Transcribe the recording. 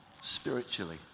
spiritually